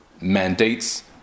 mandates